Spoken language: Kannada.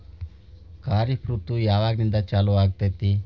ಖಾರಿಫ್ ಋತು ಯಾವಾಗಿಂದ ಚಾಲು ಆಗ್ತೈತಿ?